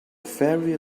ferry